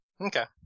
Okay